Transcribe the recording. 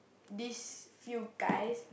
this few guys